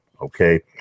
okay